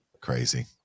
Crazy